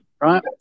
right